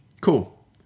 Cool